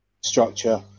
structure